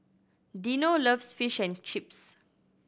Dino loves Fish and Chips